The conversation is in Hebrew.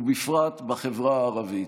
ובפרט בחברה הערבית.